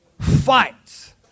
fight